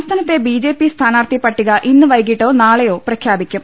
സംസ്ഥാനത്തെ ബിജെപി സ്ഥാനാർഥി പട്ടിക ഇന്ന് വൈകീട്ടോ നാളെയോ പ്രഖ്യാപിക്കും